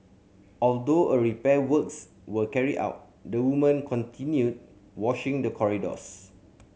although repair works were carried out the woman continued washing the corridors